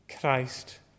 Christ